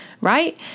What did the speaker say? right